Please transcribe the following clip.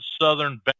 Southern